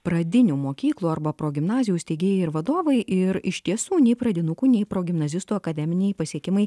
pradinių mokyklų arba progimnazijų steigėjai ir vadovai ir iš tiesų nei pradinukų nei progimnazistų akademiniai pasiekimai